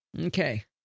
Okay